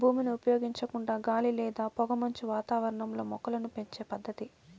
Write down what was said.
భూమిని ఉపయోగించకుండా గాలి లేదా పొగమంచు వాతావరణంలో మొక్కలను పెంచే పద్దతి